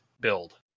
build